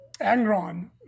Angron